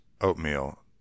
oatmeal